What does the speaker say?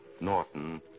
Norton